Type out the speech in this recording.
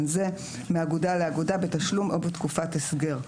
זה מאגודה לאגודה בתשלום או בתקופת הסגר.